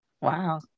Wow